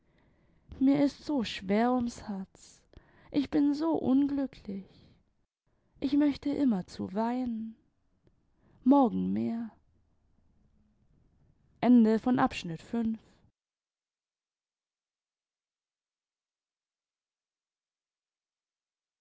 mir ist so schwer ums herz ich bin so unglücklich ich möchte immerzu weinen morgen mehr